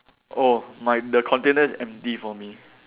oh my the container is empty for me